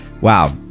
Wow